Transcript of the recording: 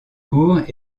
court